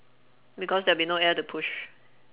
because there'll be no air to push